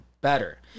better